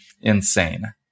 insane